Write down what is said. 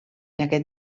aquest